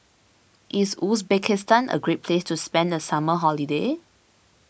is Uzbekistan a great place to spend the summer holiday